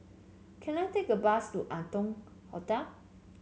can I take a bus to Arton Hotel